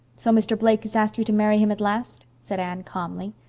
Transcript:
so mr. blake has asked you to marry him at last? said anne calmly.